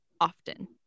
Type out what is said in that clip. often